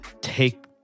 take